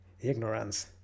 ignorance